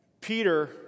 Peter